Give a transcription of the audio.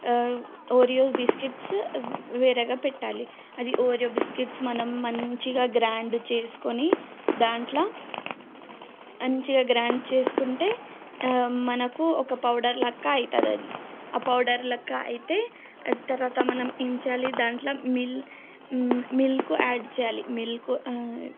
Oreo biscuits వేరేగా పెట్టాలి అది ఓరియో బిస్కెట్స్ మనం మంచిగా గ్రైండ్ చేసుకుని దాంట్లో మంచిగా గ్రైండ్ చేసుకుంటే మనకు ఒక పౌడర్ లాగా అవుతుంది అది ఆ పౌడర్ లాగా అయితే తర్వాత మనం ఏం చేయాలి దాంట్లో మిల్క్ మిల్క్ యాడ్ చేయాలి మిల్క్